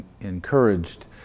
encouraged